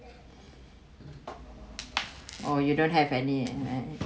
or you don't have any and and